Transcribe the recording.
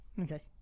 Okay